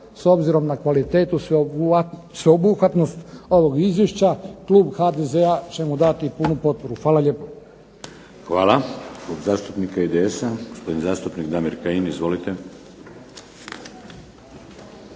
s obzirom na kvalitetu i sveobuhvatnost ovog izvješća, klub HDZ-a će mu dati punu potporu. Hvala lijepo. **Šeks, Vladimir (HDZ)** Hvala. Klub zastupnika IDS-a gospodin zastupnik Damir Kajin. Izvolite.